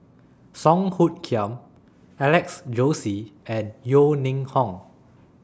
Song Hoot Kiam Alex Josey and Yeo Ning Hong